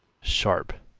sharp,